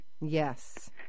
Yes